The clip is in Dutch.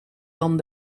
dan